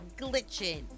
Glitching